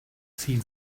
seen